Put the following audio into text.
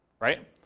right